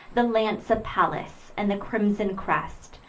the lance of pallas, and the crimson crest,